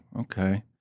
okay